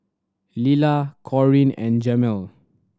Lilla Corrine and Jamel